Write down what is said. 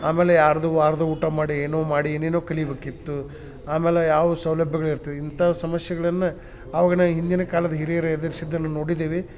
ಆಮೇಲೆ ಅರ್ಧ ಅರ್ಧ ಊಟ ಮಾಡಿ ಏನೋ ಮಾಡಿ ಏನೇನೋ ಕಲಿಬೇಕಿತ್ತು ಆಮೇಲೆ ಯಾವ ಸೌಲಭ್ಯಗಳೂ ಇರ್ತಿ ಇಂಥ ಸಮಸ್ಯೆಗ್ಳನ್ನ ಅವಾಗಿನ ಹಿಂದಿನ ಕಾಲದ ಹಿರಿಯರು ಎದುರಿಸಿದ್ದನ್ನ ನೋಡಿದ್ದೇವೆ